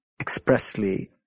expressly